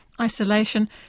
isolation